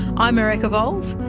i'm erica vowles,